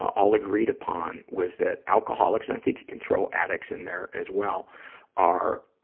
all agreed upon was that alcoholics and i think you can throw addicts in there as well are,